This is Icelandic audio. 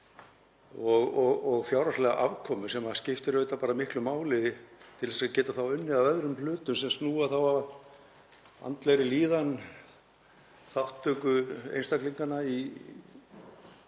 og fjárhagslega afkomu sem skiptir auðvitað miklu máli til að fólk geti unnið að öðrum hlutum sem snúa að andlegri líðan, þátttöku einstaklinganna í